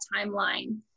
timeline